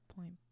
Point